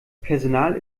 personal